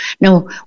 Now